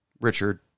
Richard